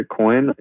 Bitcoin